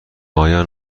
آیا